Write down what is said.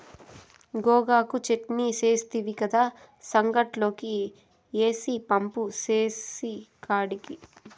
గోగాకు చెట్నీ సేస్తివి కదా, సంగట్లోకి ఏసి పంపు సేనికాడికి